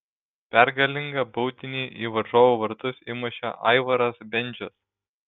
pergalingą baudinį į varžovų vartus įmušė aivaras bendžius